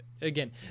again